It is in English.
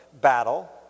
battle